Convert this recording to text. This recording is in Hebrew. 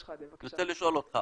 אני רוצה לשאול אותך.